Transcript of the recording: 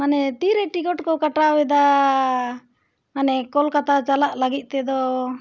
ᱢᱟᱱᱮ ᱛᱤᱨᱮ ᱴᱤᱠᱚᱴ ᱠᱚ ᱠᱟᱴᱟᱣ ᱮᱫᱟ ᱢᱟᱱᱮ ᱠᱳᱞᱠᱟᱛᱟ ᱪᱟᱞᱟᱜ ᱞᱟᱹᱜᱤᱫ ᱛᱮᱫᱚ